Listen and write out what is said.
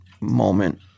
moment